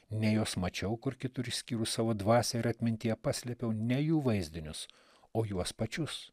nei juos mačiau kur kitur išskyrus savo dvasią ir atmintyje paslėpiau ne jų vaizdinius o juos pačius